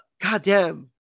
Goddamn